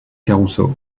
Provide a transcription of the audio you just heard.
caruso